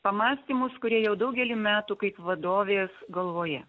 pamąstymus kurie jau daugelį metų kaip vadovės galvoje